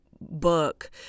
book